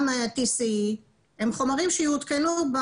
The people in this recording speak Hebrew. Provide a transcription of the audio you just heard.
גם TC, אלה חומרים שיעודכנו.